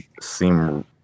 seem